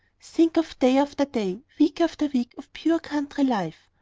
think of day after day, week after week of pure country life!